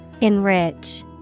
Enrich